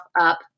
up